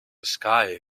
skier